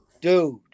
dude